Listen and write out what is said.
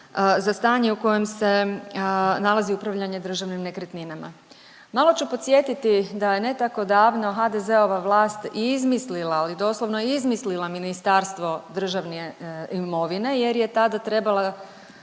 za stanje u kojem se nalazi upravljanje državnim nekretninama. Malo ću podsjetiti da je ne tako davno HDZ-ova vlast izmislila, ali doslovno izmislila Ministarstvo državne imovine jer je tada trebala